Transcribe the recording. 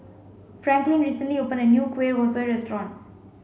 Franklin recently opened a new Kueh Kosui restaurant